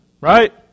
Right